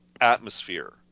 atmosphere